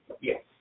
Yes